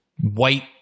white